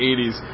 80s